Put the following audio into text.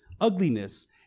ugliness